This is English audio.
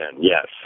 Yes